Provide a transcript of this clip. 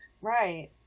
Right